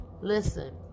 Listen